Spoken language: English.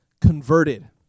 converted